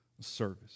service